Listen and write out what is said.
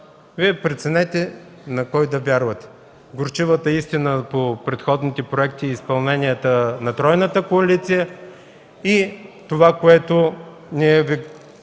Вие преценете на кой да вярвате – горчивата истина по предходните проекти и изпълненията на тройната коалиция и това, което ние Ви